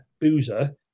boozer